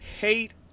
hate